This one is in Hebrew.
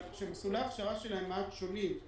שמסלולי ההכשרה שלהם מעט שונים.